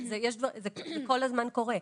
זה כל הזמן קורה.